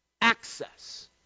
access